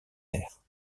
airs